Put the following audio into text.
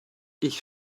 ich